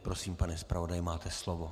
Prosím, pane zpravodaji, máte slovo.